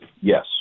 yes